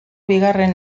bigarren